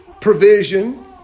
Provision